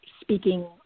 speaking